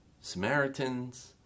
Samaritans